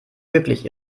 wirklich